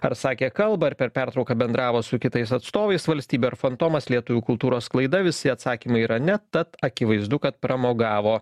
ar sakė kalbą ar per pertrauką bendravo su kitais atstovais valstybių ar fantomas lietuvių kultūros sklaida visi atsakymai yra ne tad akivaizdu kad pramogavo